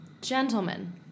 Gentlemen